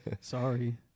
Sorry